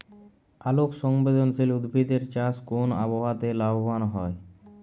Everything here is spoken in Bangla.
আলোক সংবেদশীল উদ্ভিদ এর চাষ কোন আবহাওয়াতে লাভবান হয়?